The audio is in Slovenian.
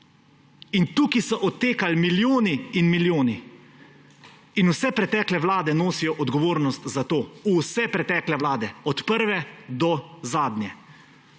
In tukaj so odtekali milijoni in milijoni. In vse pretekle vlade nosijo odgovornost za to, vse pretekle vlade, od prve do zadnje.